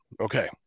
Okay